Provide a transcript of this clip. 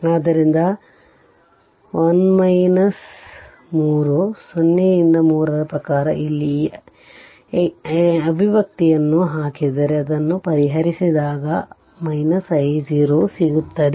ಆದ್ದರಿಂದ 1 3 0 ರಿಂದ 3 ರ ಪ್ರಕಾರ ಇಲ್ಲಿಈ ಅಭಿವ್ಯಕ್ತಿಯನ್ನು ಹಾಕಿದರೆ ಅದನ್ನು ಪರಿಹರಿಸಿದಾಗ i0 ಸಿಗುತ್ತದೆ